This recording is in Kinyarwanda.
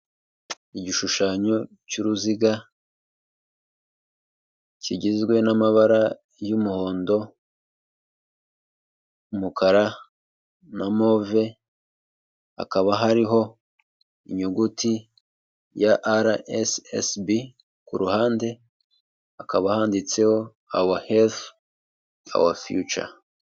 Igishushanyo cy'uruziga kigizwe n'amabara y'umuhondo, umukara na move, hakaba hariho inyuguti ya ara esi esibi, ku ruhande hakaba handitseho awa helifu awa fiyuca.